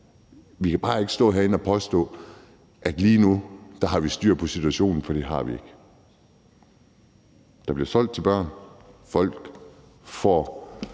vi bare ikke stå herinde og påstå, at vi lige nu har styr på situationen, for det har vi ikke. Der bliver solgt til børn. Folk får